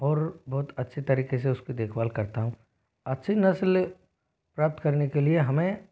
और बहुत अच्छी तरीके से उसकी देखभाल करता हूँ अच्छी नस्ल प्राप्त करने के लिए हमें